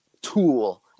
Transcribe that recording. tool